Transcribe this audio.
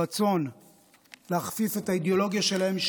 הרצון להכפיף לאידיאולוגיה שלהם,